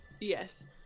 Yes